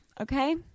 okay